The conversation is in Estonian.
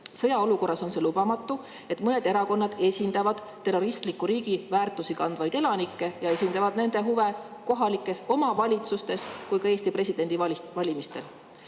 Sõjaolukorras on see lubamatu, et mõned erakonnad esindavad terroristliku riigi väärtusi kandvaid elanikke ja esindavad nende huve nii kohalikes omavalitsustes kui ka Eesti presidendi valimistel. Te